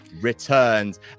returns